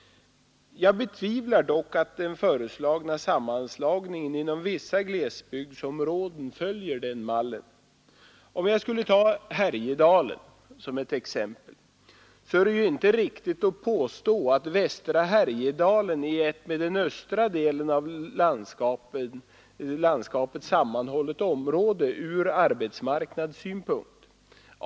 Jag betvivlar dock att den föreslagna sammanslagningen inom vissa glesbygdsområden följer denna mall. Om jag skulle ta Härjedalen som ett exempel, är det ju inte riktigt att påstå att västra Härjedalen är ett med den östra delen av landskapet sammanhållet område ur arbetsmarknadssynpunkt.